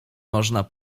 można